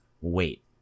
wait